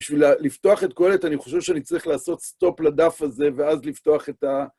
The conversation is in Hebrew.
בשביל לפתוח את כל זה, אני חושב שאני צריך לעשות סטופ לדף הזה ואז לפתוח את ה...